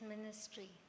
ministry